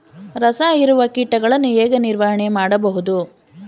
ರಸ ಹೀರುವ ಕೀಟಗಳನ್ನು ಹೇಗೆ ನಿರ್ವಹಣೆ ಮಾಡಬಹುದು?